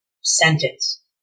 sentence